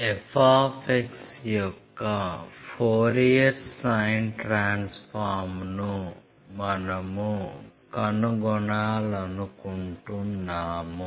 f యొక్క Fourier sine ట్రాన్స్ఫార్మ్ను మనము కనుగొనాలనుకుంటున్నాము